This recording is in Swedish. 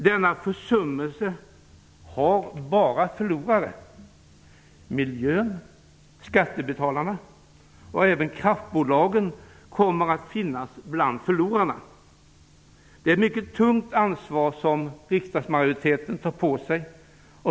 Denna försummelse har bara förlorare: miljön, skattebetalarna och även kraftbolagen kommer att finnas bland förlorarna. Det är ett mycket tungt ansvar riksdagsmajoriteten tar på sig.